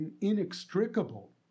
inextricable